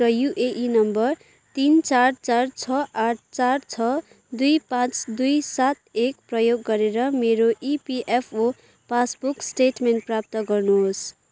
र UAN number तिन चार चार छ आठ चार छ दुई पाँच दुई सात एक प्रयोग गरेर मेरो इपिएफओ पासबुक स्टेटमेन्ट प्राप्त गर्नुहोस्